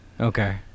Okay